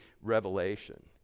revelation